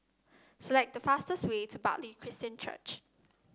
select the fastest way to Bartley Christian Church